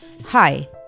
Hi